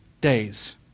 days